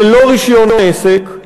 ללא רישיון עסק.